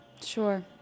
Sure